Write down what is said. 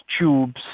tubes